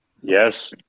Yes